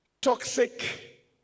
toxic